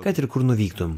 kad ir kur nuvyktum